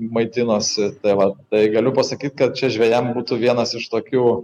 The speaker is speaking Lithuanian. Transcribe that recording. maitinasi tai va tai galiu pasakyt kad čia žvejam būtų vienas iš tokių